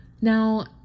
Now